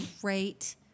great